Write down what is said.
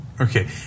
Okay